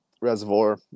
Reservoir